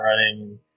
running